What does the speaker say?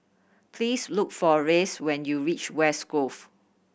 please look for Reyes when you reach West Grove